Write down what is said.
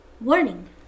Warning